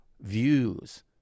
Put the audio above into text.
views